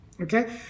Okay